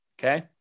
Okay